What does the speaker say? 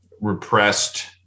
repressed